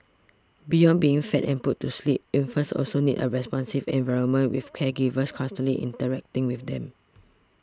beyond being fed and put to sleep infants also need a responsive environment with caregivers constantly interacting with them